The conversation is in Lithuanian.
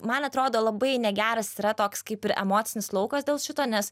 man atrodo labai negeras yra toks kaip ir emocinis laukas dėl šito nes